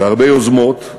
והרבה יוזמות,